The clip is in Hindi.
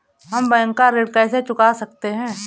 हम बैंक का ऋण कैसे चुका सकते हैं?